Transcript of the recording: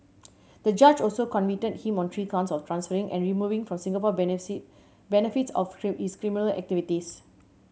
the judge also convicted him on three counts of transferring and removing from Singapore benefits of his criminal activities